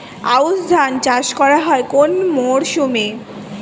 আউশ ধান চাষ করা হয় কোন মরশুমে?